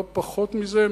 לא פחות מזה,